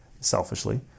selfishly